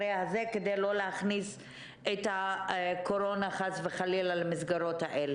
וכתבנו מכתב מאוד מפורש ליועצת המשפטית של משרד הרווחה בעניין הזה.